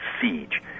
siege